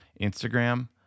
Instagram